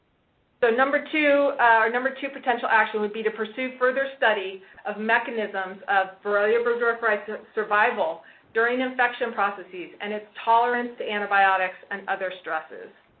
so, number two, our number two potential action would be to pursue further study of mechanisms of borrelia burgdorferi survival during infection processes and its tolerance to antibiotics and other stresses.